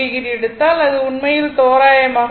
4o எடுத்தால் அது உண்மையில் தோராயமாக 30